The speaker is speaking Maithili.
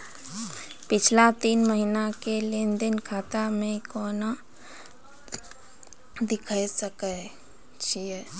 पिछला तीन महिना के लेंन देंन खाता मे केना देखे सकय छियै?